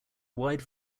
wide